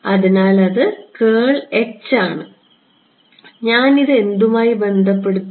അതിനാൽ അത് ആണ് ഞാൻ ഇത് എന്തുമായി ബന്ധപ്പെടുത്തും